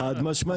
חד משמעית.